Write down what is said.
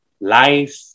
life